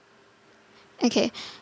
okay